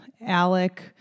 Alec